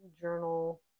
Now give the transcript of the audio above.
Journal